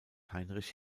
heinrich